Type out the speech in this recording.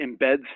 embeds